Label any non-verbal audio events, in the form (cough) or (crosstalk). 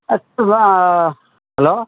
(unintelligible) hello